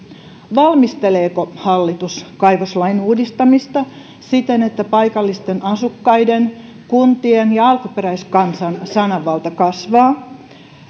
valmisteleeko hallitus kaivoslain uudistamista siten että paikallisten asukkaiden kuntien ja alkuperäiskansan sananvalta kasvaa